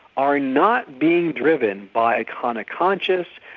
are not being driven by a kind of conscious,